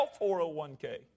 401K